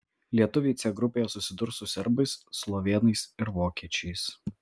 lietuviai c grupėje susidurs su serbais slovėnais ir vokiečiais